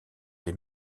les